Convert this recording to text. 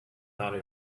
thought